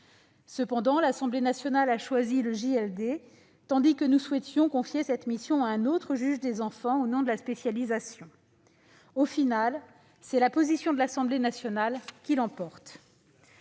provisoire. L'Assemblée nationale a choisi le JLD, tandis que nous souhaitions confier cette mission à un autre juge des enfants, au nom de la spécialisation. Au final, c'est la position de l'Assemblée nationale qui l'emporte.